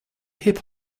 hip